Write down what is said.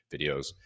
videos